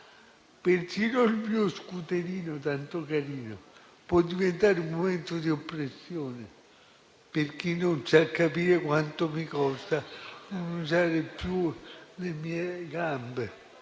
Persino il mio scooterino tanto carino può diventare un momento di oppressione per chi non sa capire quanto mi costa non usare più le mie gambe